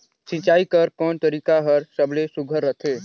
सिंचाई कर कोन तरीका हर सबले सुघ्घर रथे?